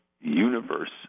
universe